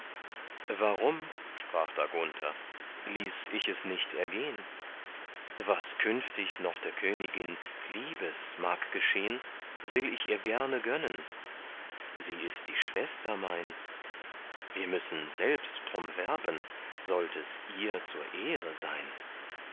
warum sprach da gunther ließ ich es nicht ergehn was künftig noch der königin liebes mag geschehn will ich ihr gerne gönnen sie ist die schwester mein wir müssen selbst drum werben sollt es ihr zur ehre sein